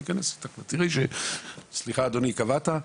אני אכנס איתך ואת תראי שסליחה אדוני קבעת?